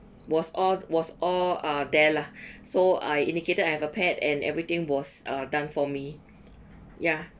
was all was all are there lah so I indicated have a pet and everything was uh done for me ya